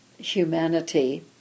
humanity